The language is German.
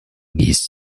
gießt